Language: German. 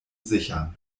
sichern